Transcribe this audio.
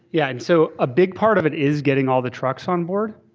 yeah. and so a big part of it is getting all the trucks on board.